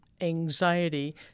anxiety